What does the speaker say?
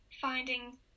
finding